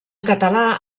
català